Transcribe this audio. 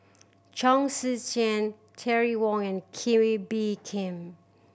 Chong Tze Chien Terry Wong and Kee Wee Bee Khim